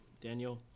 Daniel